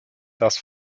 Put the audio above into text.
das